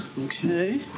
okay